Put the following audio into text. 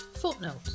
Footnote